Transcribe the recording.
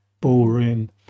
ballroom